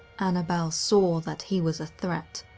annabelle saw that he was a threat,